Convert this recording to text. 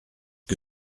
que